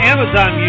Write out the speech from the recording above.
Amazon